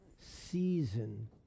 season